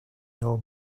your